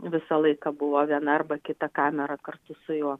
visą laiką buvo viena arba kita kamera kartu su juo